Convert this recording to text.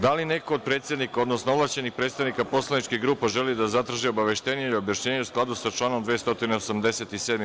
Da li neko od predsednika, odnosno ovlašćenih predstavnika poslaničkih grupa želi da zatraži obaveštenje ili objašnjenje u skladu sa članom 287.